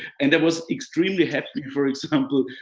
and was extremely happy, for example,